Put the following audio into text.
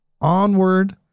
onward